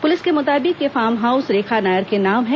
पुलिंस के मुताबिंक यह फॉर्म हाउस रेखा नॉयर के नाम है